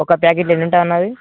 ఒక ప్యాకెట్లో ఎన్ని ఉంటాయి అన్న అవి